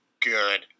good